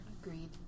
Agreed